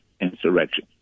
insurrection